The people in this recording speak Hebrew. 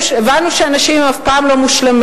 הבנו שאנשים הם אף פעם לא מושלמים,